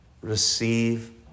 receive